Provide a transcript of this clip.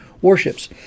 warships